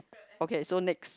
okay so next